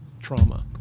trauma